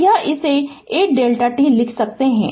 तो यह इसे 8 Δ t लिख सकता है